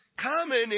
common